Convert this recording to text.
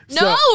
No